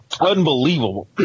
Unbelievable